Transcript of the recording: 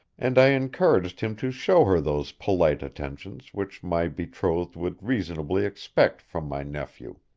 and i encouraged him to show her those polite attentions which my betrothed would reasonably expect from my nephew.